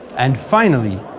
and finally,